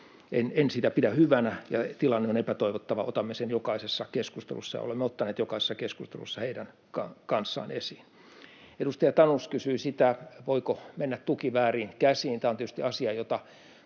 En pidä sitä hyvänä, ja tilanne on epätoivottava. Otamme sen jokaisessa keskustelussa ja olemme ottaneet jokaisessa keskustelussa heidän kanssaan esiin. Edustaja Tanus kysyi sitä, voiko mennä tuki vääriin käsiin. Tämä on tietysti asia, jota